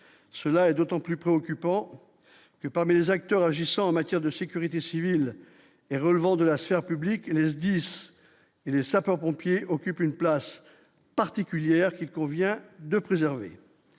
cela est d'autant plus préoccupant que parmi les acteurs agissant en matière de sécurité civile et relevant de la sphère publique et 10 et les sapeurs-pompiers occupe une place particulière qu'il convient de préserver